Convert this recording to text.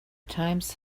times